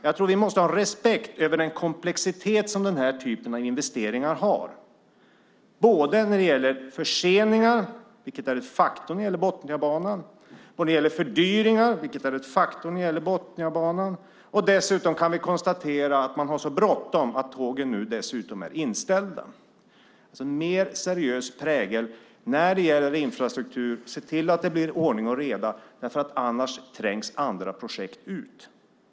Jag tror att vi måste ha respekt för den komplexitet som den här typen av investeringar har, både när det gäller förseningar, vilket är ett faktum när det gäller Botniabanan, och när det gäller fördyringar, vilket är ett faktum när det gäller Botniabanan. Dessutom kan vi konstatera att man har så bråttom att tågen nu är inställda. Det behövs alltså en mer seriös prägel när det gäller infrastruktur. Se till att det blir ordning och reda! Annars trängs andra projekt ut.